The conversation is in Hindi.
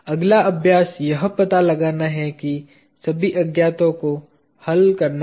अगला अभ्यास यह पता लगाना है कि सभी अज्ञातों को हल करना है